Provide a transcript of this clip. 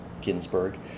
Ginsburg